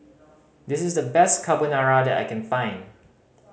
this is the best Carbonara that I can find